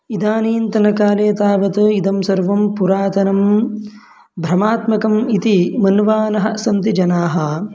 इदानीन्तनकाले तावत् इदं सर्वं पुरातनं भ्रमात्मकम् इति मन्वानः सन्ति जनाः